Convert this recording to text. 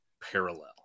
parallel